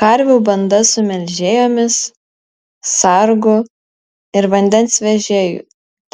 karvių banda su melžėjomis sargu ir vandens vežėju